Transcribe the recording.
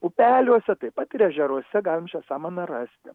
upeliuose taip pat ir ežeruose galim šią samaną rasti